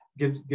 give